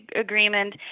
agreement